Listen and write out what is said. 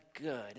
good